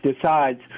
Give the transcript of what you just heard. decides